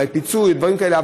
אולי פיצוי או דברים כאלה,